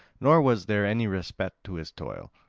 nor was there any respite to his toil.